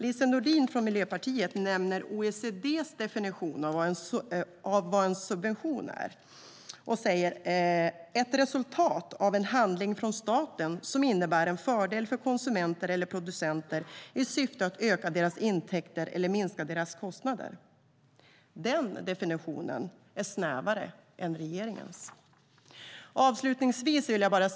Lise Nordin från Miljöpartiet nämner OECD:s definition av subvention och säger att det är ett resultat av en handling från staten som innebär en fördel för konsumenter eller producenter i syfte att öka deras intäkter eller minska deras kostnader. Den definitionen är snävare än regeringens.